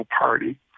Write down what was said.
Party